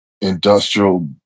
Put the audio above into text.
industrial